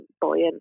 buoyant